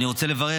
אני רוצה לברך,